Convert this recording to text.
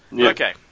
Okay